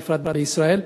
בפרט בישראל,